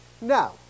Now